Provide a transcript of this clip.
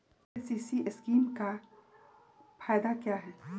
KCC scheme का फायदा क्या है?